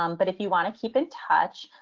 um but if you want to keep in touch,